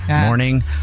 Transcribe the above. morning